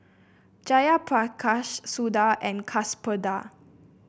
Jayaprakash Suda and Kasturba